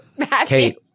Kate